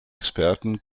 experten